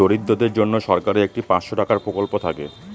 দরিদ্রদের জন্য সরকারের একটি পাঁচশো টাকার প্রকল্প থাকে